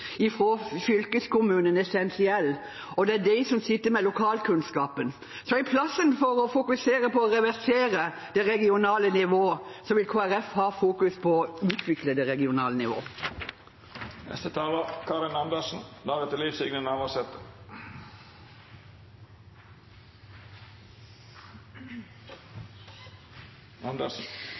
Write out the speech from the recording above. fylkeskommunen essensiell, og det er de som sitter med lokalkunnskapen. Så i stedet for å fokusere på å reversere det regionale nivået vil Kristelig Folkeparti fokusere på å utvikle det.